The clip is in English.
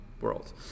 world